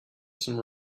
some